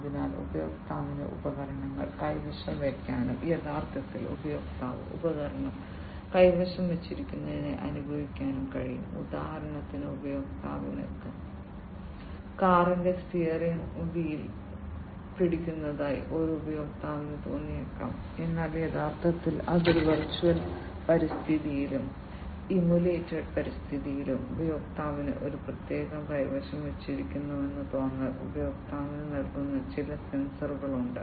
അതിനാൽ ഉപയോക്താവിന് ഉപകരണങ്ങൾ കൈവശം വയ്ക്കാനും യഥാർത്ഥത്തിൽ ഉപയോക്താവ് ഉപകരണം കൈവശം വച്ചിരിക്കുന്നതായി അനുഭവിക്കാനും കഴിയും ഉദാഹരണത്തിന് ഉപയോക്താവിന് കാറിന്റെ സ്റ്റിയറിംഗ് വീൽ പിടിക്കുന്നതായി ഒരു ഉപയോക്താവിന് തോന്നിയേക്കാം എന്നാൽ യഥാർത്ഥത്തിൽ അതൊരു വെർച്വൽ പരിതസ്ഥിതിയിലും ഇംമുലേറ്റഡ് പരിതസ്ഥിതിയിലും ഉപയോക്താവിന് ഒരു പ്രത്യേകം കൈവശം വച്ചിരിക്കുന്നുവെന്ന തോന്നൽ ഉപയോക്താവിന് നൽകുന്ന ചില സെൻസറുകൾ ഉണ്ട്